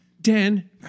Dan